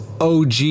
OG